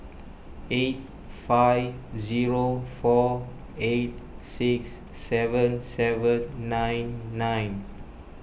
eight five zero four eight six seven seven nine nine